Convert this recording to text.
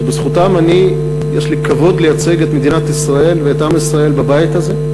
שבזכותם יש לי כבוד לייצג את מדינת ישראל ואת עם ישראל בבית הזה,